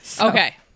Okay